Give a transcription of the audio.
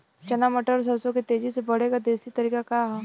चना मटर और सरसों के तेजी से बढ़ने क देशी तरीका का ह?